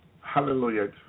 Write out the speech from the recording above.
Hallelujah